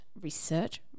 Research